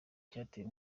cyatewe